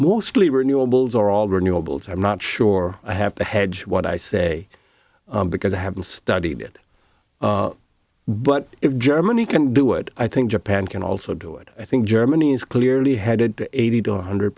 all renewals i'm not sure i have to hedge what i say because i haven't studied it but if germany can do it i think japan can also do it i think germany is clearly headed to eighty to one hundred